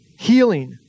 healing